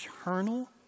eternal